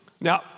Now